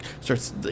starts